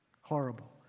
Horrible